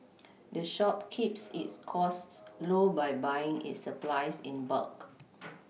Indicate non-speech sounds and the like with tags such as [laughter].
the shop keeps its costs low by buying its supplies in bulk [noise]